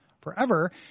forever